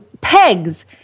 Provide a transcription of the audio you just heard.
pegs